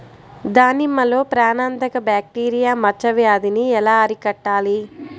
దానిమ్మలో ప్రాణాంతక బ్యాక్టీరియా మచ్చ వ్యాధినీ ఎలా అరికట్టాలి?